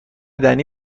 دنی